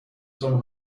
some